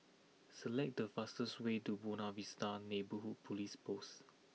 select the fastest way to Buona Vista Neighbourhood Police Post